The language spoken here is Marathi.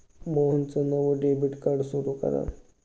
मोहनचं नवं डेबिट कार्ड सुरू करा